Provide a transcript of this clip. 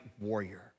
warrior